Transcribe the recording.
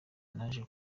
naje